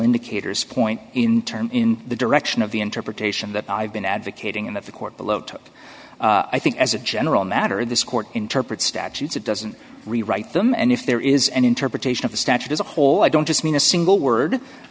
indicators point in turn in the direction of the interpretation that i've been advocating in the court below i think as a general matter this court interpret statutes it doesn't rewrite them and if there is an interpretation of the statute as a whole i don't just mean a single word i